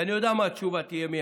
ואני יודע מה תהיה התשובה המיידית,